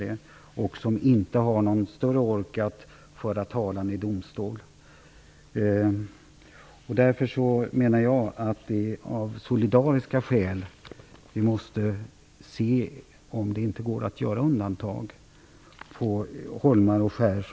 De har inte någon större ork att föra talan i domstol. Därför menar jag att vi av solidariska skäl måste se om det inte går att göra undantag på holmar och skär.